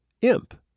Imp